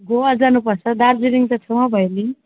गोवा जानु पर्छ दार्जिलिङ त छेउमा भइहाल्यो नि